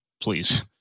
Please